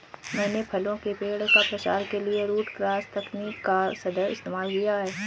मैंने फलों के पेड़ का प्रसार के लिए रूट क्रॉस तकनीक का सदैव इस्तेमाल किया है